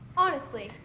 honestly,